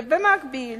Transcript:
ובמקביל